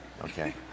Okay